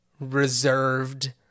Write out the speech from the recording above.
reserved